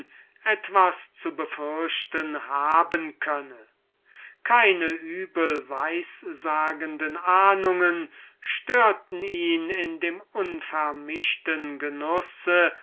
etwas zu besorgen haben könne keine übelweissagende besorgnisse störten ihn in dem unvermischten genusse